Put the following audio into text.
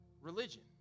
religion